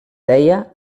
deia